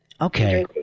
Okay